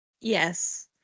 Yes